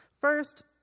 First